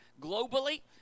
globally